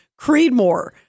Creedmoor